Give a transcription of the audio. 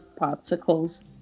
popsicles